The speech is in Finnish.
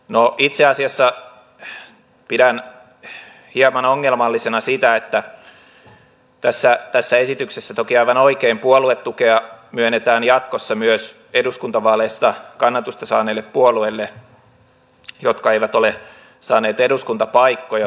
itse asiassa pidän hieman ongelmallisena sitä että tässä esityksessä toki aivan oikein puoluetukea myönnetään jatkossa myös eduskuntavaaleissa kannatusta saaneille puolueille jotka eivät ole saaneet eduskuntapaikkoja